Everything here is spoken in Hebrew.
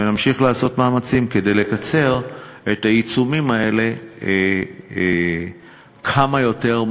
ונמשיך לעשות מאמצים כדי לקצר את העיצומים האלה כמה שיותר.